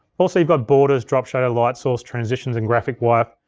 also you've got borders, drop shadow, light source, transitions, and graphic wipe.